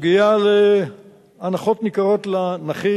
סוגיה של הנחות ניכרות לנכים,